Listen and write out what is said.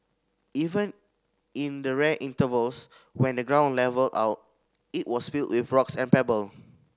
even in the rare intervals when the ground levelled out it was filled with rocks and pebble